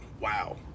wow